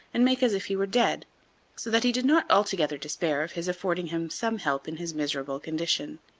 and make as if he were dead so that he did not altogether despair of his affording him some help in his miserable condition.